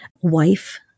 wife